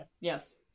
yes